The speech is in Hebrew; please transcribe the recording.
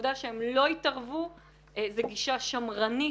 שהעובדה שהם לא התערבו זו גישה שמרנית,